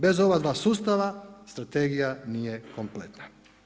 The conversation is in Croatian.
Bez ova dva sustava, strategija nije kompletna.